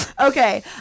Okay